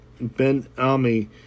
Ben-Ami